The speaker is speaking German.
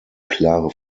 klare